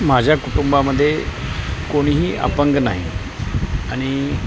माझ्या कुटुंबामध्ये कोणीही अपंग नाही आणि